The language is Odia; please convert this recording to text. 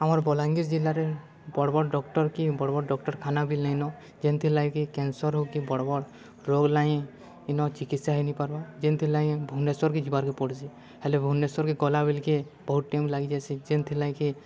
ଆମ ବଲାଙ୍ଗୀର ଜିଲ୍ଲାରେ ବଡ଼ ବଡ଼ ଡକ୍ଟର କି ବଡ଼ ବଡ଼ ଡକ୍ଟରଖାନା ବି ଲେନ ଯେନ୍ଥିର୍ ଲାଗିକି କ୍ୟାନ୍ସର ହଉ କି ବଡ଼ ବଡ଼ ରୋଗ୍ ଲାଇଁ ଇନ ଚିକିତ୍ସା ହେଇନି ପାର୍ମା ଯେନ୍ଥିର୍ ଲାଗି ଭୁବନେଶ୍ୱରକେ ଯିବାର୍ କେ ପଡ଼୍ସି ହେଲେ ଭୁବନେଶ୍ୱର କେ ଗଲା ବଲିକେ ବହୁତ ଟାଇମ୍ ଲାଗିଯାସି ଯେନ୍ଥିର୍ ଲାଗି